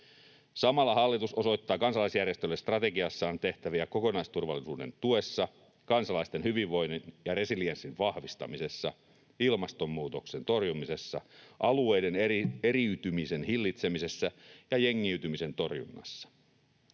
Samalla hallitus osoittaa kansalaisjärjestöille strategiassaan tehtäviä kokonaisturvallisuuden tuessa, kansalaisten hyvinvoinnin ja resilienssin vahvistamisessa, ilmastonmuutoksen torjumisessa, alueiden eriytymisen hillitsemisessä ja jengiytymisen torjunnassa.